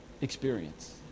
experience